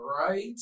right